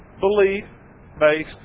Belief-based